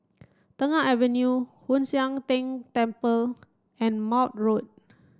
Tengah Avenue Hoon Sian Keng Temple and Maude Road